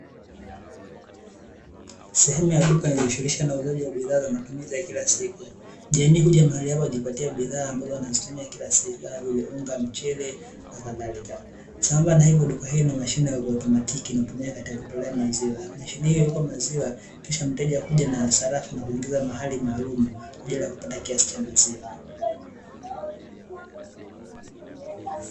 Sehemu ya duka inayojishughulisha na uuzaji wa bidhaa za matumizi ya kila siku, jamii huja mahali hapa kujipatia bidhaa wanazotumia kila siku kama vile unga mchele na kazalika, sambamba na hivyo duka hilo lina mashine ya kiautomatiki inayotumika katika kutolea maziwa, kisha mteja huja na sarafu maalum na kudumbukiza mahali maalum kwaajili ya kupata kiasi cha maziwa.